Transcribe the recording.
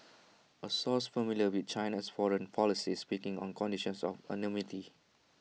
A source familiar with China's foreign policy speaking on condition of anonymity